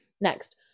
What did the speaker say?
Next